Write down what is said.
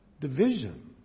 division